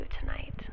tonight